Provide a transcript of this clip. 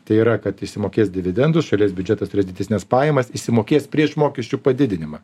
tai yra kad išsimokės dividendus šalies biudžetas turės didesnes pajamas išsimokės prieš mokesčių padidinimą